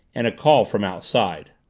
and a call from outside.